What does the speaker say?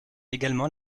également